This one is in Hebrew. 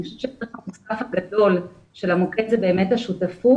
אני חושבת שהדבר הגדול של המוקד הוא באמת השותפות